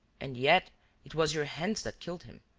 and yet it was your hands that killed him.